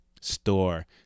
store